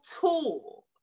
tool